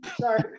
sorry